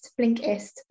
blinkist